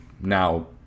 now